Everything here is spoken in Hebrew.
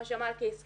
כמו שמלכי הזכירה